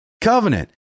covenant